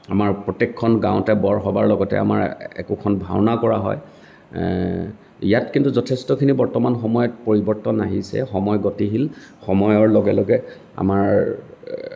আমাৰ প্ৰত্যেকখন গাঁৱতে বৰসবাহৰ লগতে আমাৰ একোখন ভাওনা কৰা হয় ইয়াত কিন্তু যথেষ্টখিনি বৰ্তমান সময়ত পৰিৱৰ্তন আহিছে সময় গতিশীল সময়ৰ লগে লগে আমাৰ